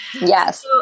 Yes